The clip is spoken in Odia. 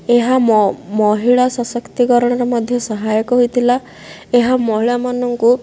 ଏହା ମହିଳା ସଶକ୍ତିକରଣରେ ମଧ୍ୟ ସହାୟକ ହୋଇଥିଲା ଏହା ମହିଳାମାନଙ୍କୁ